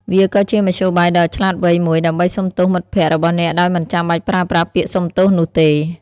វាក៏ជាមធ្យោបាយដ៏ឆ្លាតវៃមួយដើម្បីសុំទោសមិត្តភក្តិរបស់អ្នកដោយមិនចាំបាច់ប្រើប្រាស់ពាក្យសុំទោសនោះទេ។